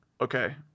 okay